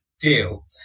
deal